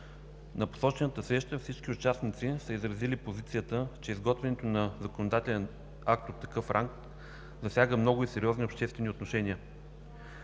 На посочената среща всички участници са изразили позицията, че изготвянето на законодателен акт от такъв ранг, засяга много и сериозни обществени отношения.